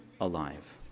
alive